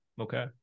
Okay